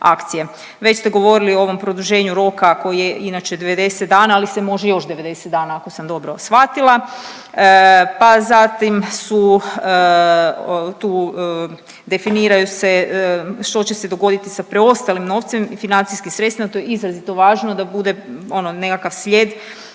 Već ste govorili o ovom produženju roka koji je inače 90 dana, ali se može još 90 dana ako sam dobro shvatila. Pa zatim su tu definiraju se što će se dogoditi sa preostalim novcem i financijskim sredstvima, to je izrazito važno da bude ono nekakav slijed